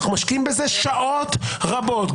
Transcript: אנחנו משקיעים בזה שעות רבות,